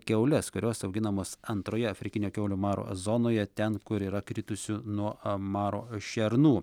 kiaules kurios auginamos antroje afrikinio kiaulių maro zonoje ten kur yra kritusių nuo maro šernų